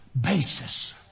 basis